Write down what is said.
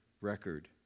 record